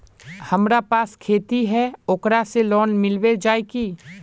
हमरा पास खेती है ओकरा से लोन मिलबे जाए की?